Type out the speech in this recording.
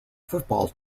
football